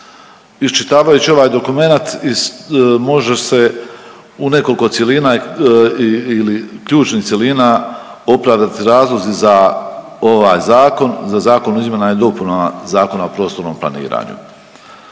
Iščitavajući ovaj dokumenat može se u nekoliko cjelina ili ključnih cjelina opravdati razlozi za ovaj zakon, za Zakon o izmjenama i dopunama Zakona o prostornom planiranju.